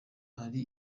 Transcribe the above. hari